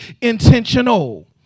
intentional